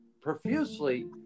profusely